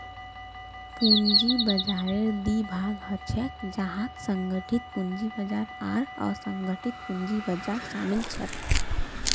पूंजी बाजाररेर दी भाग ह छेक जहात संगठित पूंजी बाजार आर असंगठित पूंजी बाजार शामिल छेक